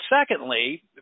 Secondly